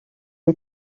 est